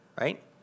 right